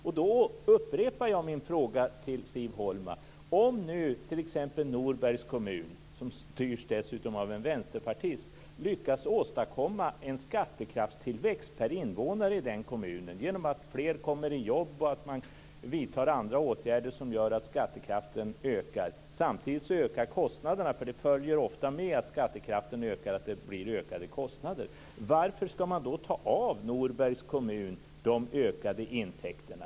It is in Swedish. Jag upprepar därför min fråga till Siv Holma: Om t.ex. Norbergs kommun, som dessutom styrs av en vänsterpartist, lyckas åstadkomma en skattekraftstillväxt per invånare genom att fler får jobb och genom att man vidtar andra åtgärder som gör att skattekraften ökar - samtidigt ökar kostnaderna, när skattekraften ökar blir det nämligen ofta ökade kostnader - varför ska man då ta ifrån Norbergs kommun de ökade intäkterna?